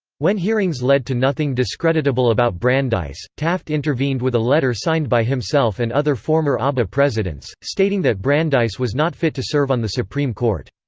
when hearings led to nothing discreditable about brandeis, taft intervened with a letter signed by himself and other former aba presidents, stating that brandeis was not fit to serve on the supreme court.